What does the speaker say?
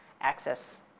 access